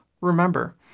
Remember